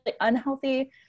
unhealthy